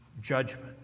judgment